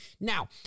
Now